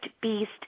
beast